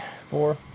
four